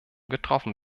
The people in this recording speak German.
getroffen